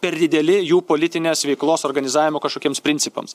per dideli jų politinės veiklos organizavimo kažkokiems principams